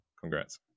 congrats